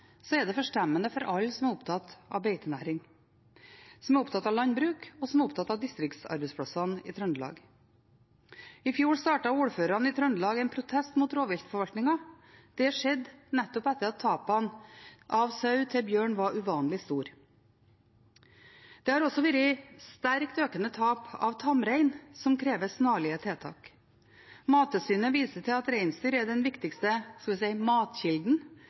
så høye som de faktisk er, og vi ser rovviltforvaltningen og miljøministeren forsøke å utvide bjørnesonen og øke bjørnebestanden, er det forstemmende for alle som er opptatt av beitenæring, landbruk og distriktsarbeidsplassene i Trøndelag. I fjor startet ordførerne i Trøndelag en protest mot rovviltforvaltningen. Det skjedde nettopp etter at tapene av sau til bjørn var uvanlig store. Det har også vært sterkt økende tap av tamrein som krever snarlige tiltak. Mattilsynet viser til at reinsdyr er den viktigste